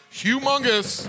humongous